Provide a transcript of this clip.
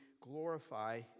glorify